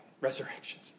resurrection